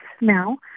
now